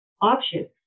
option